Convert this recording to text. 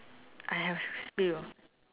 I have a few